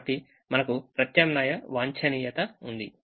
కాబట్టి మనకు ప్రత్యామ్నాయ వాంఛనీయత ఉంది